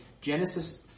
Genesis